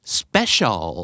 special